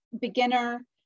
beginner